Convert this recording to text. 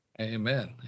Amen